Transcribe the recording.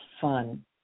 fun